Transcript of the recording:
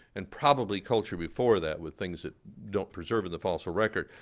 and probably culture before that with things that don't preserve in the fossil record,